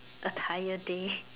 attire day